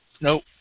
Nope